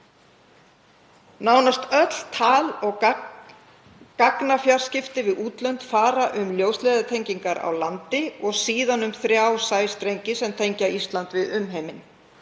Nánast öll tal- og gagnafjarskipti við útlönd fara um ljósleiðaratengingar á landi og síðan um þrjá sæstrengi sem tengja Ísland við umheiminn.